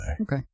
Okay